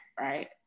right